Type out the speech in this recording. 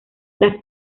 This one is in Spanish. las